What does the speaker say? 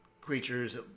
creatures